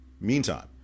Meantime